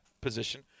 position